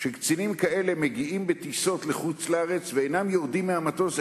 שקצינים כאלה מגיעים בטיסות לחוץ-לארץ ואינם יורדים מהמטוס,